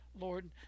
Lord